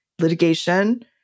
litigation